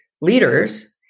leaders